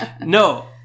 No